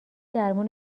درمون